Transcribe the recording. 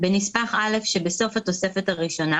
בנספח א' שבסוף התוספת הראשונה